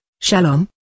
Shalom